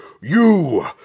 You